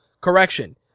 correction